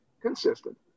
consistent